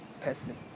person